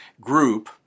group